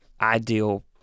ideal